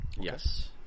Yes